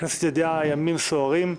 הכנסת ידעה ימים סוערים,